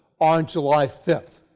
on july five.